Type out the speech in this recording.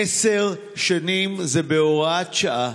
עשר שנים זה בהוראת שעה,